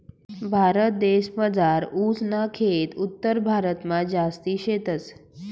भारतदेसमझार ऊस ना खेत उत्तरभारतमा जास्ती शेतस